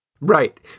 Right